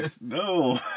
No